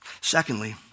Secondly